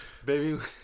Baby